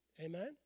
Amen